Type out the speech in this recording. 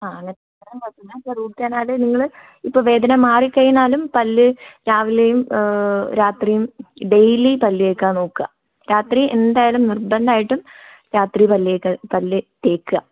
ആ അങ്ങനെ ചെയ്തതായാലും കുഴപ്പമില്ല റൂട്ട് കനാല് നിങ്ങള് ഇപ്പോൾ വേദന മാറി കഴിഞ്ഞാലും പല്ല് രാവിലെയും രാത്രിയും ഡെയിലി പല്ല് തേക്കാൻ നോക്കുക രാത്രി എന്തായാലും നിർബന്ധായിട്ടും രാത്രി പല്ല് തേക്കുക പല്ല് തേക്കുക